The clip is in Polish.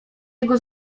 jego